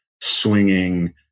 swinging